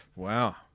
Wow